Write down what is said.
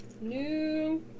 New